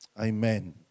Amen